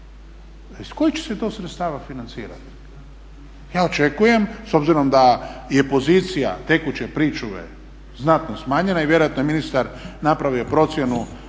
kojih će se to sredstava financirati? Ja očekujem s obzirom da je pozicija tekuće pričuve znatno smanjena i vjerojatno je ministar napravio procjenu